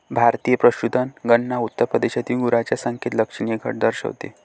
भारतीय पशुधन गणना उत्तर प्रदेशातील गुरांच्या संख्येत लक्षणीय घट दर्शवते